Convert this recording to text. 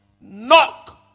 Knock